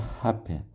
happy